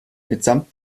mitsamt